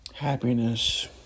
Happiness